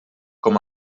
com